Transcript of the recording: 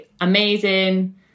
amazing